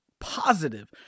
positive